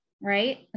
right